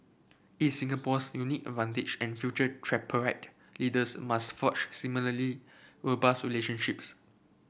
Singapore's unique advantage and future tripartite leaders must forge similarly robust relationships